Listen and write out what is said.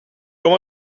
kom